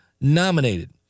nominated